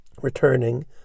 Returning